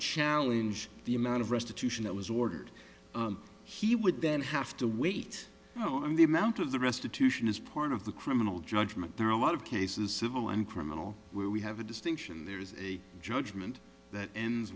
challenge the amount of restitution that was ordered he would then have to wait oh and the amount of the restitution is part of the criminal judgment there are a lot of cases civil and criminal where we have a distinction there is a judgement